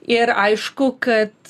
ir aišku kad